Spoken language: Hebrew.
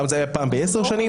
בעבר זה היה פעם בעשר שנים.